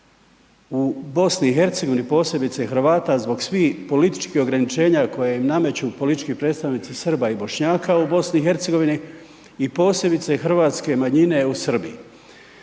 u BiH posebice Hrvata zbog svih političkih ograničenja koje im nameću politički predstavnici Srba i Bošnjaka u BiH i posebice hrvatske manjine u Srbiji.